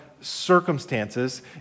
circumstances